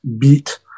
beat